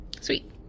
Sweet